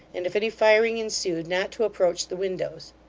and, if any firing ensued, not to approach the windows.